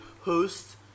host